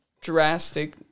drastic